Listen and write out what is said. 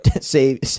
say